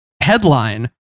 headline